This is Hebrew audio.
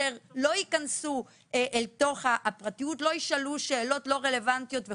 שלא ייכנסו לפרטיות שלהן,